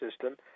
system